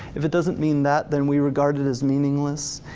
if it doesn't mean that, then we regard it as meaningless.